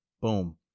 Boom